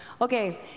Okay